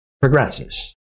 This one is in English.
Progresses